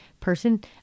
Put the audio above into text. person